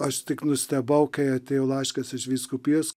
aš tik nustebau kai atėjo laiškas iš vyskupijos